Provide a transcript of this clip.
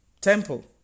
temple